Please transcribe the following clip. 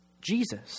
Jesus